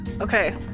Okay